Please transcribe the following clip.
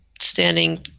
standing